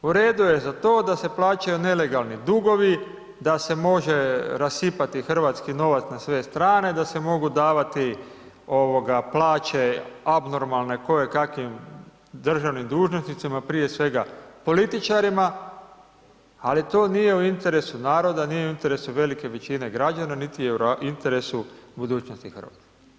U redu je za to da se plaćaju nelegalni dugovi, da se može rasipati hrvatski novac na sve strane, da se mogu davati plaće abnormalne kojekakvim državnim dužnosnicima, prije svega političarima, ali to nije u interesu naroda, nije u interesu velike većine građana niti je u interesu budućnosti Hrvatske.